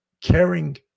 caring